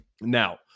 Now